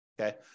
okay